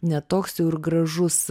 ne toks jau ir gražus